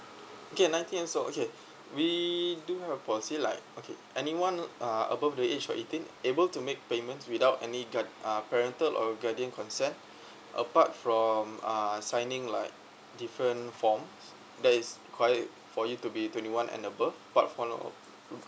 okay nineteen years old okay we do have a policy like okay anyone uh above the age for eighteen able to make payment without any guar~ uh parental or guardian consent apart from uh signing like different form that is require for you to be twenty one and above but from of mm